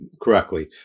correctly